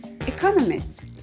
economists